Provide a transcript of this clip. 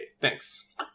thanks